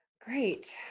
Great